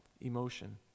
emotion